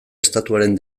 estatuaren